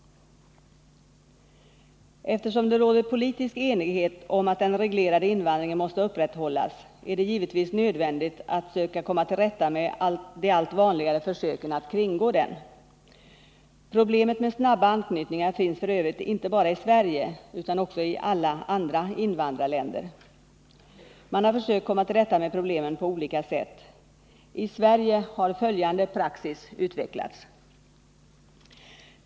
Eftersom det råder politisk enighet om att den reglerade invandringen måste upprätthållas är det givetvis nödvändigt att försöka komma till rätta med de allt vanligare försöken att kringgå den. Problemet med snabba anknytningar finns f.ö. inte bara i Sverige utan också i alla andra invandrarländer. Man har försökt komma till rätta med problemen på olika sätt. I Sverige har följande praxis utvecklats.